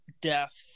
death